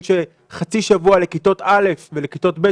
שהמשמעות של חצי שבוע לכיתות א' ולכיתות ב',